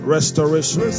Restoration